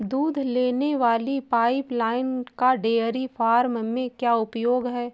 दूध देने वाली पाइपलाइन का डेयरी फार्म में क्या उपयोग है?